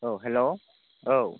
औ हेल्ल' औ